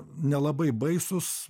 nelabai baisūs